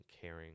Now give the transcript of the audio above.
caring